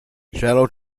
shallow